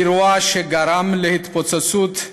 האירוע שגרם להתפוצצות,